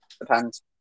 Depends